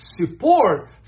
support